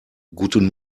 guten